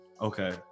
Okay